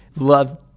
love